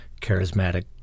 charismatic